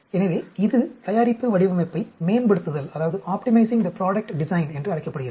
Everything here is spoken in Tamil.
எனவே இது தயாரிப்பு வடிவமைப்பை மேம்படுத்துதல் என்று அழைக்கப்படுகிறது